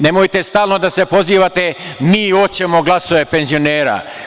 Nemojte stalno da se pozivate - mi hoćemo glasove penzionera.